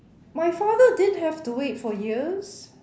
my father didn't have to wait for years